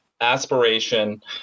aspiration